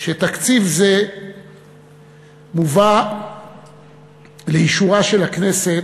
שתקציב זה שמובא לאישורה של הכנסת,